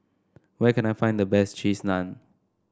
where can I find the best Cheese Naan